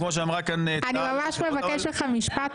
כמו שאמרה כאן --- אני ממש מבקשת ממך משפט,